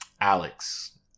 Alex